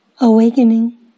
awakening